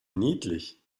niedlich